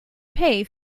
pay